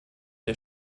der